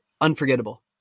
unforgettable